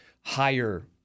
higher –